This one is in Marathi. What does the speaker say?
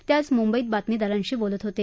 ते आज मुंबईत बातमीदारांशी बोलत होते